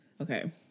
Okay